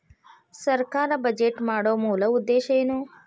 ಸರ್ಕಾರ್ ಬಜೆಟ್ ಮಾಡೊ ಮೂಲ ಉದ್ದೇಶ್ ಏನು?